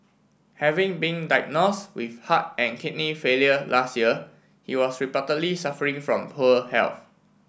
having been diagnosed with heart and kidney failure last year he was reportedly suffering from poor health